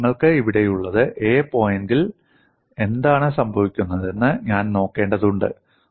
അതിനാൽ നിങ്ങൾക്ക് ഇവിടെയുള്ളത് A പോയിന്റിൽ എന്താണ് സംഭവിക്കുന്നതെന്ന് ഞാൻ നോക്കേണ്ടതുണ്ട്